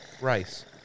rice